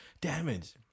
Damage